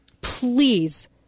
Please